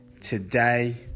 Today